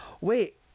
wait